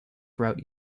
route